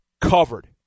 covered